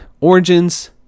origins